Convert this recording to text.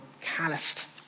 calloused